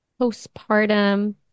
postpartum